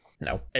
no